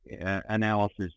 analysis